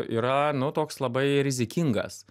yra nu toks labai rizikingas